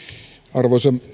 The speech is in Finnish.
arvoisa